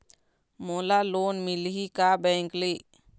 मोला लोन मिलही का बैंक ले?